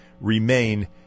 remain